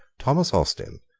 thomas austin,